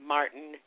Martin